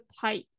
type